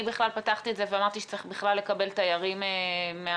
אני פתחתי את זה ואמרתי שצריך בכלל לקבל תיירים מהמקומות